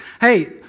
Hey